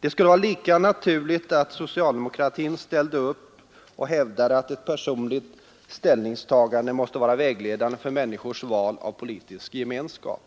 Det skulle vara lika naturligt att socialdemokratin ställde upp och hävdade att ett personligt ställningstagande måste vara vägledande för människors val av politisk gemenskap.